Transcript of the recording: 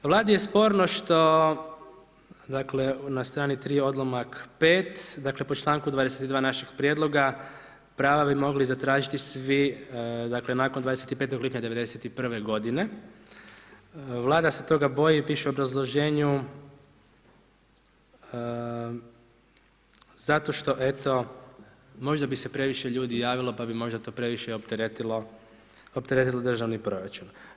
Vlada je sporno, što, dakle, na str. 3. odlomak 5. dakle, po članku 22 našeg prijedloga prava bi mogli zatražiti svi, dakle, nakon 25. lipnja '91.g. Vlada se toga boji i piše u obrazloženju, zato što eto, možda bi se previše ljudi javilo, pa bi možda to previše opteretilo državni proračun.